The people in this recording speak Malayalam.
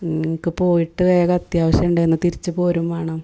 എനിക്ക് പോയിട്ട് വേഗം അത്യാവശ്യം ഉണ്ടായിരുന്നു തിരിച്ചുപോരുകയും വേണം